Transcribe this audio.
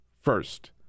first